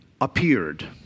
appeared